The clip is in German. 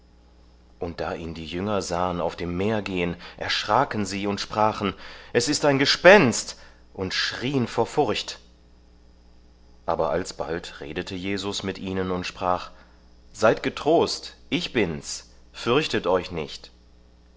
und da ihn die jünger sahen auf dem meer gehen erschraken sie und sprachen es ist ein gespenst und schrieen vor furcht aber alsbald redete jesus mit ihnen und sprach seid getrost ich bin's fürchtet euch nicht